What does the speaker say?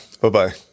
Bye-bye